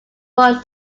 run